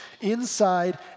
inside